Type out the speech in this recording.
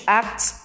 acts